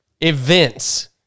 events